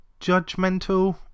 judgmental